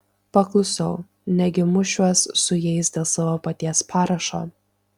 paklusau negi mušiuos su jais dėl savo paties parašo